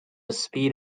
speed